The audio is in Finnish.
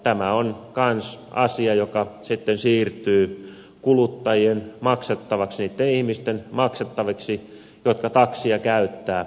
tämä on kanssa asia joka sitten siirtyy kuluttajien maksettavaksi niitten ihmisten maksettavaksi jotka taksia käyttävät